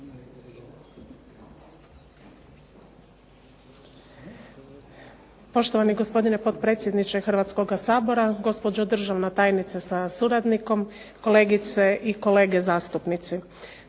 Poštovani gospodine potpredsjedniče Hrvatskoga sabora, gospođo državna tajnice sa suradnikom, kolegice i kolege zastupnici.